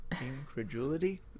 Incredulity